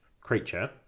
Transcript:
creature